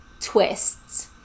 twists